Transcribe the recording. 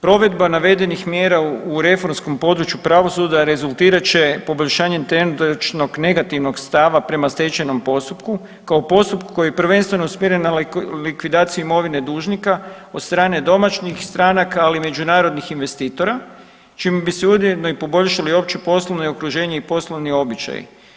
Provedba navedenih mjera u reformskom području pravosuđa rezultirat će poboljšanjem trenutačnog negativnog stava prema stečajnom postupku kao postupku koji je prvenstveno usmjeren na likvidaciju imovine dužnika od strane domaćih stranaka, ali i međunarodnih investitora čime bi se ujedno i poboljšali opće poslovno okruženje i poslovni običaji.